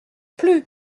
plus